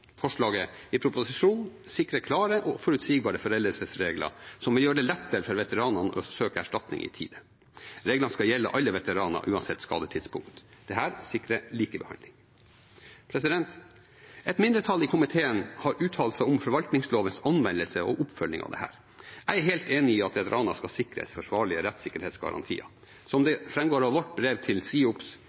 Forslaget i proposisjonen sikrer klare og forutsigbare foreldelsesregler som vil gjøre det lettere for veteranene å søke erstatning i tide. Reglene skal gjelde alle veteraner uansett skadetidspunkt. Dette sikrer likebehandling. Et mindretall i komiteen har uttalt seg om forvaltningslovens anvendelse og oppfølging av dette. Jeg er helt enig i at veteraner skal sikres forsvarlige rettssikkerhetsgarantier. Som det framgår av vårt brev til SIOPS,